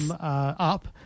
Up